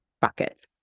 bucket